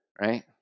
right